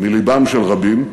מלבם של רבים,